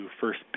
first